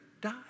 die